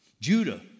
Judah